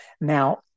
Now